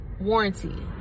warranty